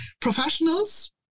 professionals